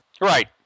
Right